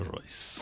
Royce